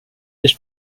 this